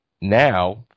Now